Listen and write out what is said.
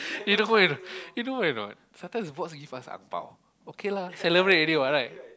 you know when you know when a not sometimes boss give us ang bao okay lah celebrate already what right